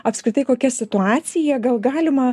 apskritai kokia situacija gal galima